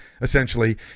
essentially